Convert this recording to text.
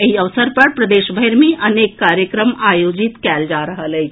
एहि अवसर पर प्रदेश भरि मे अनेक कार्यक्रम आयोजित कएल जा रहल अछि